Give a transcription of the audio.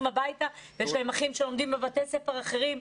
הביתה ויש להם אחים שלומדים בבתי ספר אחרים.